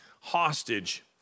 hostage